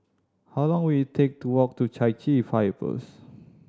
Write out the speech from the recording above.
how long will it take to walk to Chai Chee Fire Post